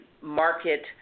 market